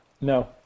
No